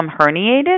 herniated